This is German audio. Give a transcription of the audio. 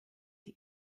die